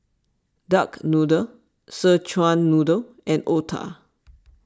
Duck Noodle Szechuan Noodle and Otah